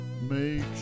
make